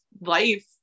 life